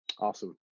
Awesome